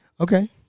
Okay